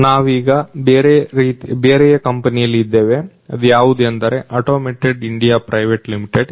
ನಾವೀಗ ಬೇರೆಯೇ ಕಂಪನಿಯಲ್ಲಿ ಇದ್ದೇವೆ ಅದು ಯಾವುದೆಂದರೆ ಅಟೋಮಿಕ್ ಇಂಡಿಯಾ ಪ್ರೈವೇಟ್ ಲಿಮಿಟೆಡ್